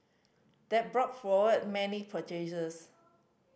that brought forward many purchases